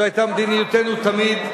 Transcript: זו היתה מדיניותנו תמיד.